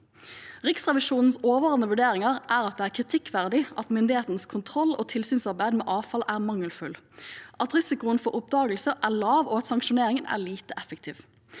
Riksrevisjonens overordnede vurderinger er at det er kritikkverdig at myndighetenes kontroll- og tilsynsarbeid med avfall er mangelfullt, at risikoen for oppdagelse er lav, og at sanksjoneringen er lite effektiv.